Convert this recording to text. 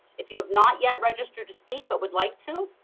if you have not yet registered to speak, but would like to,